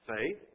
faith